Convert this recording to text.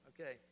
Okay